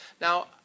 Now